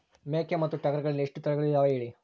ಮೇಕೆ ಮತ್ತು ಟಗರುಗಳಲ್ಲಿ ಎಷ್ಟು ತಳಿಗಳು ಇದಾವ ಹೇಳಿ?